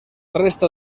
resta